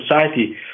Society